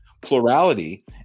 plurality